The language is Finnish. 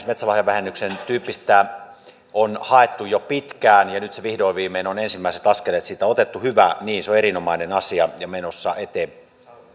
metsälahjavähennyksen tyyppistä on haettu jo pitkään ja nyt vihdoin viimein on ensimmäiset askeleet siitä otettu hyvä niin se on erinomainen asia ja menossa